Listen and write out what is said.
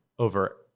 over